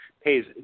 pays